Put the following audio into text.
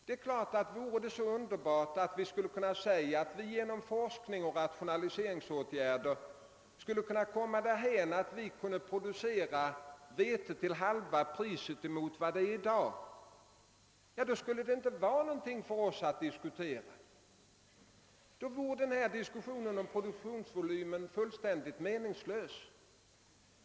Det är klart att om det vore så lyckligt att vi skulle kunna säga att vi genom forskning och rationaliseringsåtgärder skulle kunna komma därhän, att vi skulle kunna producera vete till halva priset i jämförelse med vad det är i dag, så skulle det inte vara någonting för oss att diskutera produktionsomläggning. Då vore den nu förda diskussionen nära nog fullständigt meningslös.